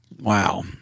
Wow